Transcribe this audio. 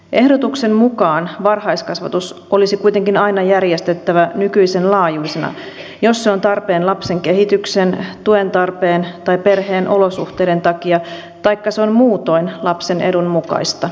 ehdotuksen mukaan varhaiskasvatus olisi kuitenkin aina järjestettävä nykyisen laajuisena jos se on tarpeen lapsen kehityksen tuen tarpeen tai perheen olosuhteiden takia taikka se on muutoin lapsen edun mukaista